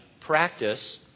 practice